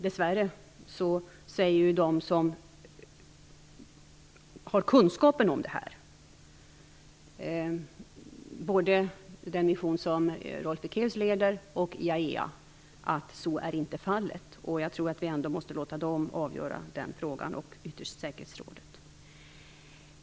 Dess värre säger de som har kunskap, både i den kommission som Rolf Ekéus leder och i IAEA, att så är inte fallet. Jag tror att vi ändå måste låta dem och ytterst säkerhetsrådet avgöra den frågan.